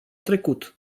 trecut